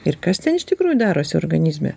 ir kas ten iš tikrųjų darosi organizme